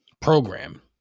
program